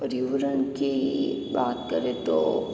पर्यावरण की बात करें तो